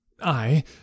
I